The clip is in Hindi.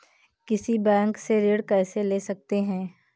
किसी बैंक से ऋण कैसे ले सकते हैं?